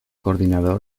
coordinador